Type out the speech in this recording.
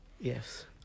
Yes